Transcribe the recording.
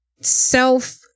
self